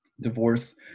Divorce